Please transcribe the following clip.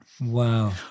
Wow